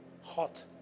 Hot